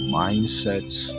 mindsets